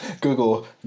Google